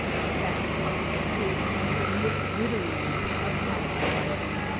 a fast-talking spoof of the nitwittery of high-society.